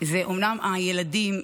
אלה אומנם הילדים,